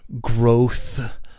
growth